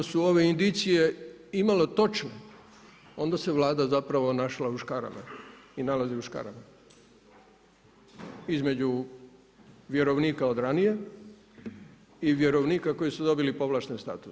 Ako su ove indicije imalo točne, onda se Vlada zapravo našla u škarama i nalazi u škarama između vjerovnika od ranije i vjerovnika koji su dobili povlašten status.